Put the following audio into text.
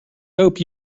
hope